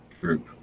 group